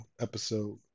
episode